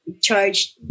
charged